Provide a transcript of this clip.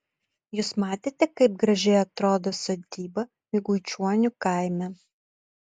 jūs matėte kaip gražiai atrodo sodyba miguičionių kaime